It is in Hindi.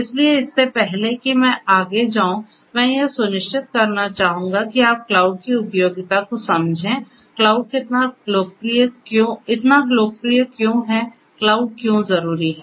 इसलिए इससे पहले कि मैं आगे जाऊं मैं यह सुनिश्चित करना चाहूंगा कि आप क्लाउड की उपयोगिता को समझें क्लाउड इतना लोकप्रिय क्यों है क्लाउड क्यों जरूरी है